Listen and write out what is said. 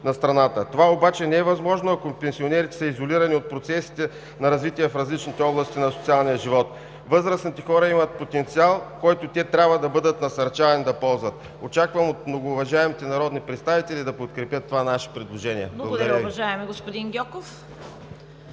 Това обаче не е възможно, ако пенсионерите са изолирани от процесите на развитие в различните области на социалния живот. Възрастните хора имат потенциал, който трябва да бъдат насърчавани да ползват. Очаквам от многоуважаемите народни представители да подкрепят това наше предложение. Благодаря.